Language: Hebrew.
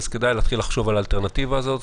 אז כדאי להתחיל לחשוב על האלטרנטיבה הזאת,